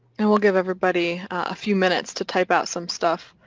and we'll give everybody a few minutes to type out some stuff.